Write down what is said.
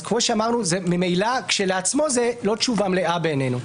אז ממילא כשלעצמו זאת לא תשובה מלאה, בעינינו.